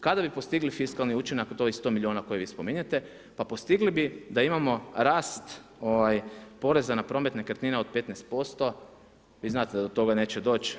Kada bi postigli fiskalni učinak od ovih 100 miliona koje vi spominjete, pa postigli bi da imamo rast poreza na promet nekretnina od 15%, vi znate da to toga neće doći.